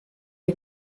est